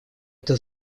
это